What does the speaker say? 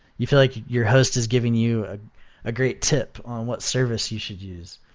you feel like your host is giving you ah a great tip on what service you should use.